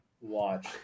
watch